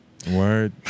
Word